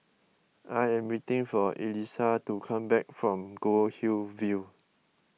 I am waiting for Elisa to come back from Goldhill View